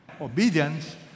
Obedience